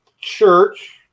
church